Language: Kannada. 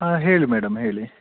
ಆಂ ಹೇಳಿ ಮೇಡಮ್ ಹೇಳಿ